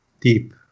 deep